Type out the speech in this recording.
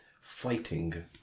fighting